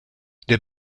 der